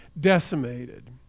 decimated